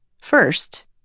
First